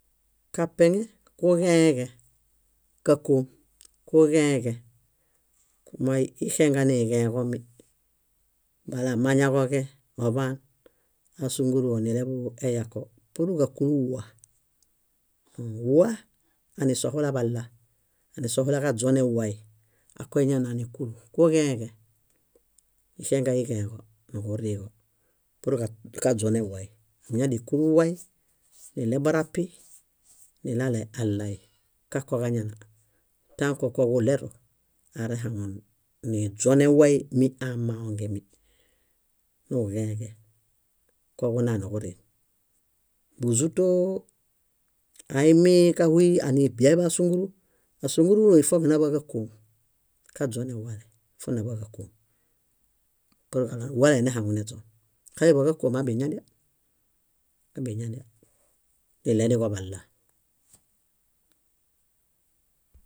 Kapeŋe kuġẽeġẽ, kákoom kuġẽeġẽ, moo ixenga niġẽġomi. Bala mañaġoġẽ oḃaan, aa ásunguruo nileḃueyako púr ġákulu wwa. Wwa anisohula balla, anisohulaġaźone wwai, aa koniñana níkulu. Kuġẽeġẽ, ixenga iġẽeġo, niġurĩiġo púr kaźone wwai. Añadia níkulu wwai, niɭe borapi, nilale allai; kakoġañana. Tãkokoġuleru, arehaŋun niźone wwa míi aamaongemi. Niġuġẽeġẽ, koġunaa niġurin. Búzutoo, áimiġahuy aibia ásunguru, ásunguruo ífog naḃa ġákoom kaźone wwale, ifog naḃa ġákoom púr ġaɭo wwale nehaŋu neźon. Axaḃa ġákom aaḃiñadia, aaḃiñadia, niɭeniġo balla.